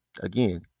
Again